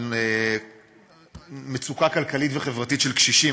על מצוקה כלכלית וחברתית של קשישים.